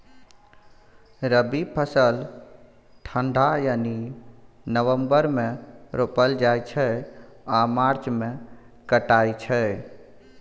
रबी फसल ठंढा यानी नवंबर मे रोपल जाइ छै आ मार्च मे कटाई छै